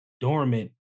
dormant